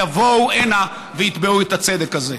יבואו הנה ויתבעו את הצדק הזה.